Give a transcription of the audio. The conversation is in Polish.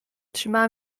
trzymała